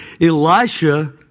Elisha